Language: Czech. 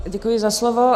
Děkuji za slovo.